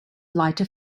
lighter